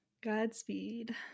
godspeed